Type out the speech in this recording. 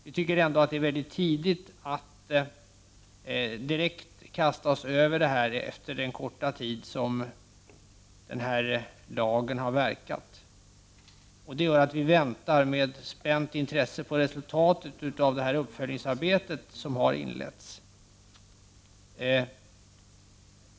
Vi tycker ändå att det är väldigt tidigt att direkt kasta oss över lagen, med tanke på den korta tid som den har verkat. Det gör att vi väntar med spänt intresse på resultatet av det uppföljningsarbete som har inletts.